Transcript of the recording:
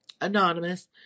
anonymous